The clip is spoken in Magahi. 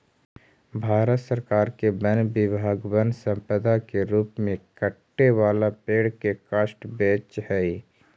भारत सरकार के वन विभाग वन्यसम्पदा के रूप में कटे वाला पेड़ के काष्ठ बेचऽ हई